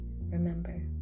Remember